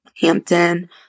Hampton